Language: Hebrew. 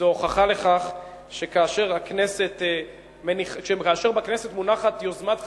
זו הוכחה לכך שכאשר בכנסת מונחת יוזמת חקיקה,